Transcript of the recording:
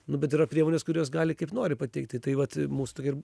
nu bet yra priemonės kurios gali kaip nori pateikti tai vat mūsų tokia ir